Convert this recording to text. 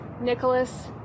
Nicholas